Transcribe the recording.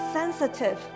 sensitive